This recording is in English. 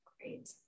great